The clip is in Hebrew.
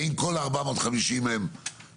האם כל ה-450,000 הם במרכז,